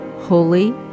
holy